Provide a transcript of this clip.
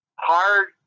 Hard